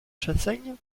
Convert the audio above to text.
chassaigne